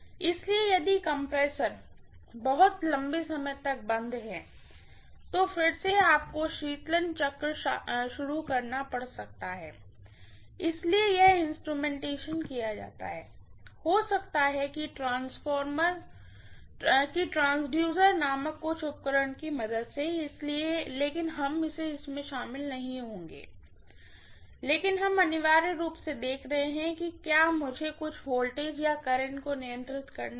इसलिए यदि कंप्रेसर बहुत लंबे समय तक बंद है तो फिर से आपको शीतलन चक्र शुरू करना पड़ सकता है इसलिए यह इंस्ट्रूमेंटेशन किया जाता है हो सकता है कि ट्रांसड्यूसर नामक कुछ उपकरण की मदद से लेकिन हम इसमें शामिल नहीं होंगे लेकिन हम अनिवार्य रूप से देख रहे हैं कि क्या मुझे कुछ वोल्टेज या करंट को नियंत्रित करना है